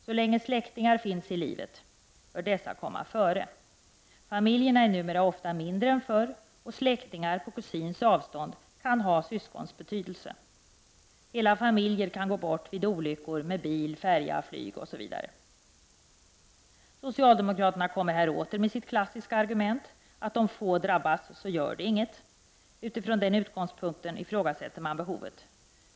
Så länge släktingar finns i livet bör dessa komma före. Familjerna är numera ofta mindre än förr och släktingar på kusins avstånd kan ha syskons betydelse. Hela familjer kan gå bort vid olyckor med bil, färja, flyg osv. Socialdemokraterna kommer åter med sitt klassiska argument, att om få drabbas gör det inget. Utifrån den utgångspunkten ifrågasätter man behovet.